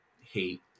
hate